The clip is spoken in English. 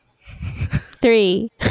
Three